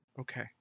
Okay